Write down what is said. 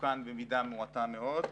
תוקן במידה מועטה מאוד.